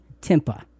Timpa